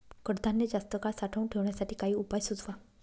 कडधान्य जास्त काळ साठवून ठेवण्यासाठी काही उपाय सुचवा?